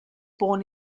born